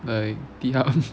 like T hub